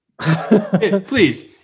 Please